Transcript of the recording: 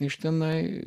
iš tenai